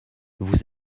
vous